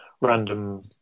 random